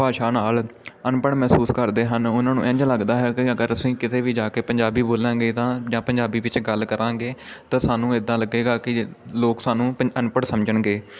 ਭਾਸ਼ਾ ਨਾਲ ਅਨਪੜ੍ਹ ਮਹਿਸੂਸ ਕਰਦੇ ਹਨ ਉਹਨਾਂ ਨੂੰ ਇੰਝ ਲੱਗਦਾ ਹੈ ਕਿ ਅਗਰ ਅਸੀਂ ਕਿਤੇ ਵੀ ਜਾ ਕੇ ਪੰਜਾਬੀ ਬੋਲਾਂਗੇ ਤਾਂ ਜਾਂ ਪੰਜਾਬੀ ਵਿੱਚ ਗੱਲ ਕਰਾਂਗੇ ਤਾਂ ਸਾਨੂੰ ਇੱਦਾਂ ਲੱਗੇਗਾ ਕਿ ਲੋਕ ਸਾਨੂੰ ਅਨਪੜ੍ਹ ਸਮਝਣਗੇ